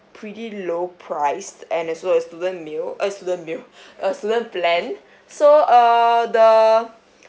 pretty low priced and as well a student meal uh student meal a student plan so uh the